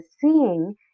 seeing